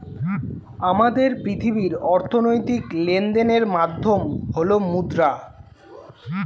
আমাদের পৃথিবীর অর্থনৈতিক লেনদেনের মাধ্যম হল মুদ্রা